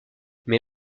mais